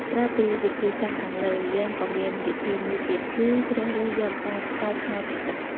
ក្រៅពីវិធីសាស្រ្តខាងលើ យើងក៏មានវិធីមួយទៀតគឺ ជ្រើសរើសយកការកែច្នៃក្រដាស។